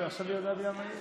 עכשיו היא עולה בלי המעיל.